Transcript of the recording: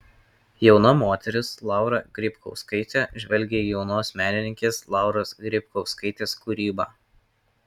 jauna moteris laura grybkauskaitė žvelgia į jaunos menininkės lauros grybkauskaitės kūrybą